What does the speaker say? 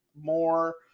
more